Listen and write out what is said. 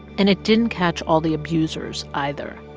and it didn't catch all the abusers either.